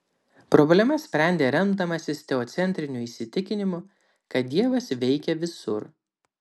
problemas sprendė remdamasis teocentriniu įsitikinimu kad dievas veikia visur